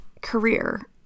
career